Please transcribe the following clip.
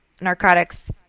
narcotics